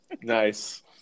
Nice